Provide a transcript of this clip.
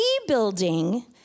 rebuilding